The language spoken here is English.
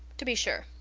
to be sure,